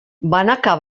banaka